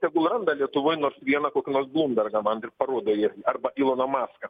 tegul randa lietuvoj nors vieną kokį nors blumbergą man ir parodo jį arba iloną maską